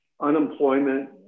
unemployment